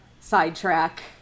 sidetrack